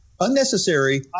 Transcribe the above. unnecessary